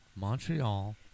Montreal